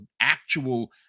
actual